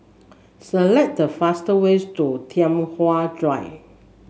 select the faster ways to Tai Hwan Drive